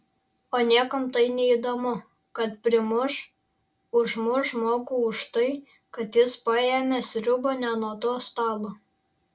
o niekam tai neįdomu kad primuš užmuš žmogų už tai kad jis paėmė sriubą ne nuo to stalo